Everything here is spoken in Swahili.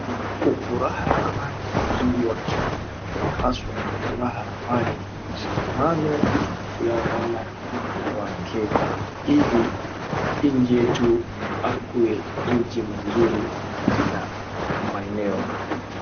Kwa furaha, amani na uzuri wa kenya, tunapaswa kwa furaha, amani na mashikamano tunayoona na wakenya, ili nchi yetu akuwe nchi mzuri katika maeneo.